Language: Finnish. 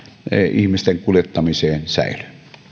ihmisten kuljettamiseen säilyy